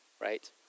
Right